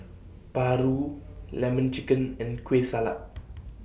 Paru Lemon Chicken and Kueh Salat